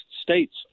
states